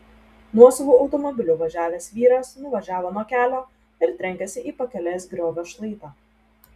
nuosavu automobiliu važiavęs vyras nuvažiavo nuo kelio ir trenkėsi į pakelės griovio šlaitą